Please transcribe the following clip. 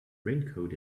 raincoat